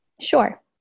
Sure